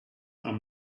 are